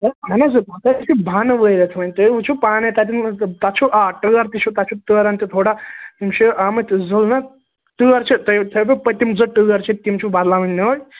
ہَے اَہَن حظ تُہۍ ہیٚکِو بانہٕ وٲیِتھ وۅنۍ تُہۍ وُچھِو پانے تَتٮ۪ن تتھ چھُو آ ٹٲر تہِ چھُو تتھ چھُو ٹٲرَن تہِ تھوڑا یِم چھِ آمٕتۍ زٕلنہٕ ٹٲر چھِ تُہۍ تۄہہِ تھاوَو بہٕ پٔتِم زٕ ٹٲر چھِ تِم چھِ بَدلاوٕنۍ نٔوۍ